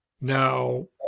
Now